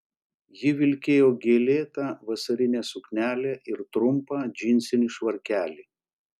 ji vilkėjo gėlėtą vasarinę suknelę ir trumpą džinsinį švarkelį